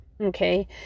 Okay